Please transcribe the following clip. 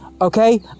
Okay